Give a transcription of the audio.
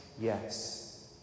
yes